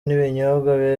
n’ibinyobwa